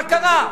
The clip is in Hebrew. מה קרה?